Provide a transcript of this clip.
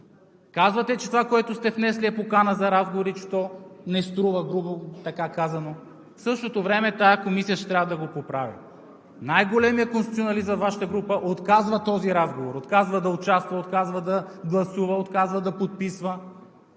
Казвате, че това, което сте внесли, е покана за разговори и че то не струва, грубо казано, а в същото време тази комисия ще трябва да го поправя. Най-големият конституционалист във Вашата група отказва този разговор – отказва да участва, отказва да гласува, отказва да подписва,